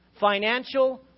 financial